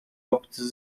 obcy